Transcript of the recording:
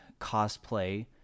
cosplay